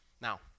Now